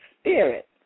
Spirit